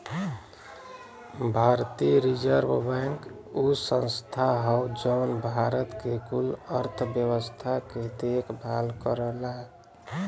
भारतीय reserve bank उ संस्था हौ जौन भारत के कुल अर्थव्यवस्था के देखभाल करला